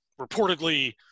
reportedly